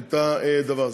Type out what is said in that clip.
את הדבר הזה.